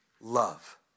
love